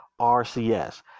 RCS